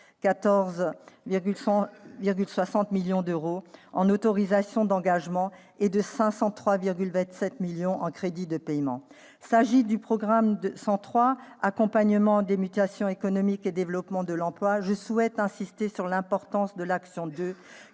514,6 millions d'euros en autorisations d'engagement et de 503,27 millions d'euros en crédits de paiement. S'agissant du programme 103 « Accompagnement des mutations économiques et développement de l'emploi », je souhaite insister sur l'importance de l'action n°